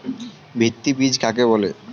ভিত্তি বীজ কাকে বলে?